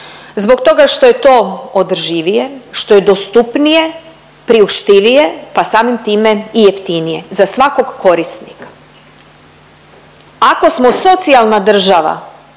zbog toga što je to održivije, što je dostupnije, priuštivije pa samim tim i jeftinije za svakog korisnika. Ako smo socijalna država